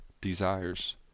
desires